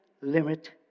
limit